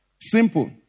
Simple